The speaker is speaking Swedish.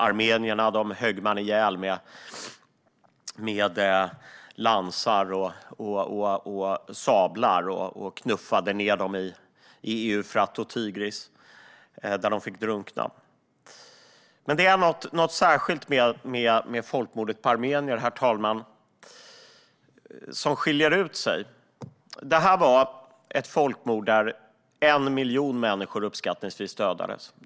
Armenierna högg man ihjäl med lansar och sablar och knuffade ned i Eufrat och Tigris, där de fick drunkna. Herr talman! Det är något med folkmordet på armenier som skiljer sig från andra. Det var ett folkmord där uppskattningsvis 1 miljon människor dödades.